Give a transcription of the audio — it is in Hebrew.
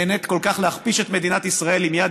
שנהנית כל כך להכפיש את מדינת ישראל עם יד